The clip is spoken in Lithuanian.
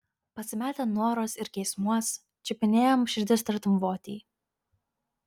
pasimetę noruos ir geismuos čiupinėjom širdis tartum votį